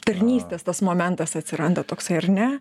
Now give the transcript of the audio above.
tarnystės tas momentas atsiranda toksai ar ne